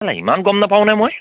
কেলা ইমান গম নাপাওঁ নে মই